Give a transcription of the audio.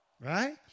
Right